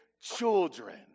children